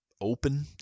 open